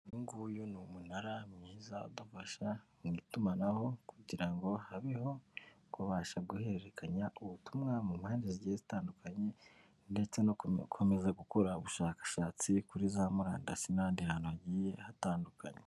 Uyu nguyu n'umunara mwiza udufasha mu itumanaho, kugira ngo habeho kubasha guhererekanya ubutumwa mu mpande zigiye zitandukanye, ndetse no gukomeza gukora ubushakashatsi kuri za murandisi n'ahandi hantu hagiye hatandukanye.